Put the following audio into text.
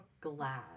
glad